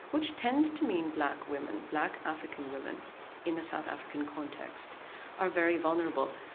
which tends to mean black women, black african women in a south african context are very vulnerable.